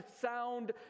sound